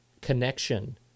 connection